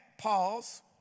Pause